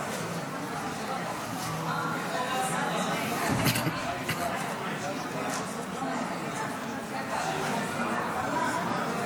אני קובע כי הצעת חוק מרשם האוכלוסין (תיקון,